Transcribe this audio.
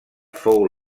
fou